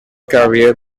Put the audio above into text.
career